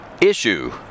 issue